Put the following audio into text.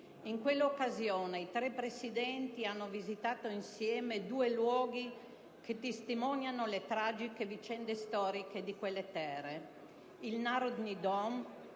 In quella occasione, i tre Presidenti hanno visitato insieme due luoghi che testimoniano le tragiche vicende storiche di quelle terre: il Narodni dom,